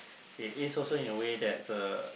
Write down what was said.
it is also in a way that's uh